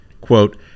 Quote